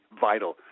vital